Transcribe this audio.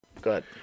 Good